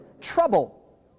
Trouble